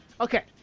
okay